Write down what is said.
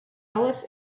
ellis